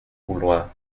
couloir